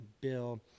Bill